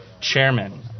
chairman